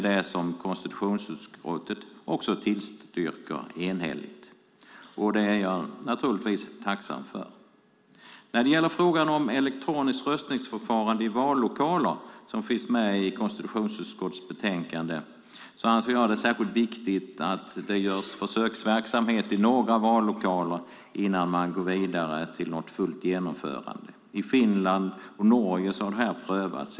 Det är jag naturligtvis tacksam för. När det gäller frågan om elektroniskt röstningsförfarande i vallokaler, som finns med i konstitutionsutskottets betänkande, anser jag det särskilt viktigt att det görs försöksverksamhet i några vallokaler innan vi går vidare till fullt genomförande. I Finland och Norge har detta prövats.